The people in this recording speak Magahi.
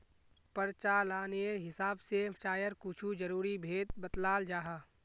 प्रचालानेर हिसाब से चायर कुछु ज़रूरी भेद बत्लाल जाहा